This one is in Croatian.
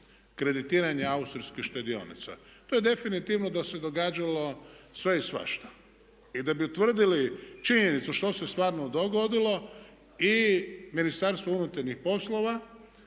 kreditiranja austrijskih štedionica. To je definitivno da se događalo sve i svašta i da bi utvrdili činjenicu što se stvarno dogodilo i Ministarstvo unutarnjih poslova